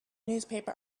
newspaper